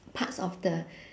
parts of the